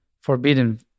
forbidden